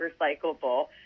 recyclable